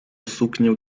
suknię